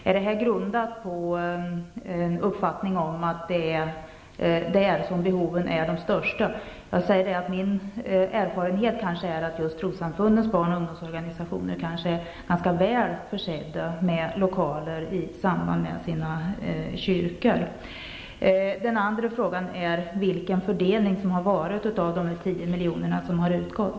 Är det grundat på en uppfattning om att det är där som behoven är störst? Min erfarenhet är kanske att just trossamfundens barn och ungdomsorganisationer är ganska välförsedda i samband med sina kyrkor. Den andra frågan är vilken fördelning som skett av de 10 miljoner som delats ut.